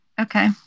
Okay